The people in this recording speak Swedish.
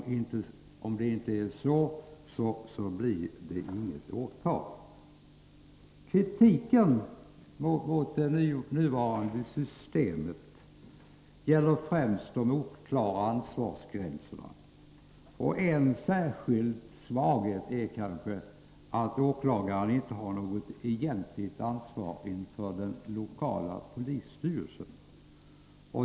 Om det inte är så, så blir det inget åtal. Kritiken mot det nuvarande systemet gäller främst de oklara ansvarsgränserna. En särskild svaghet är kanske att åklagaren inte har något egentligt ansvar inför den lokala polisstyrelsen.